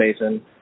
Mason